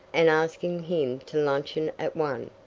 and asking him to luncheon at one.